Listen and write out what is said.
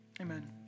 amen